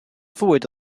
fwyd